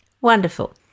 Wonderful